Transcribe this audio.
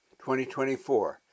2024